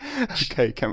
Okay